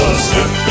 step